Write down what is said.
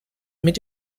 mit